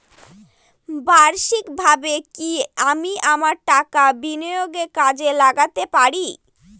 বার্ষিকভাবে কি আমি আমার টাকা বিনিয়োগে কাজে লাগাতে পারি?